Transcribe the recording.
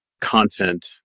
content